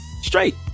straight